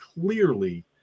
clearly